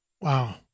Wow